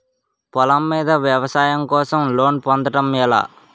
పొలం మీద వ్యవసాయం కోసం లోన్ పొందటం ఎలా?